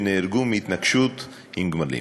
שנהרגו מהתנגשות עם גמלים.